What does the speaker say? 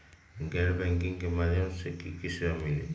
गैर बैंकिंग के माध्यम से की की सेवा मिली?